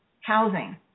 housing